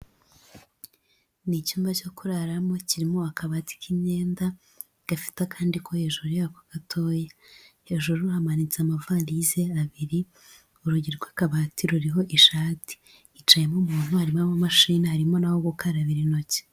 Ni icyumba cyo kuraramo kirimo akabati k'imyenda gafite akandi ko hejuru yako gatoya. Hejuru hamanitse amavarize abiri, urugi rw'akabati ruriho ishati. Hicayemo umuntu, harimo amamashini, harimo n'aho gukarabira intoki.